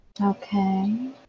Okay